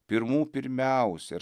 pirmų pirmiausia ir